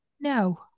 no